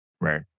Right